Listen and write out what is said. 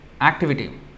activity